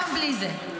גם בלי זה.